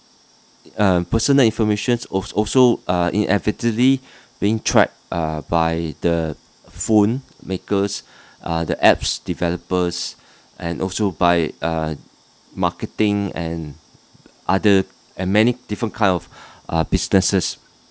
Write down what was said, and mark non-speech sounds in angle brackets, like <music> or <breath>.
um personal informations al~ also inevitably <breath> being tracked uh by the phone makers <breath> uh the apps developers <breath> and also by uh marketing and other and many different kind of <breath> businesses